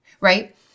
right